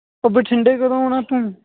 ਉਹ ਬਠਿੰਡੇ ਕਦੋਂ ਆਉਣਾ ਤੂੰ